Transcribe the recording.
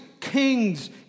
kings